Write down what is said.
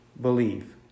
believe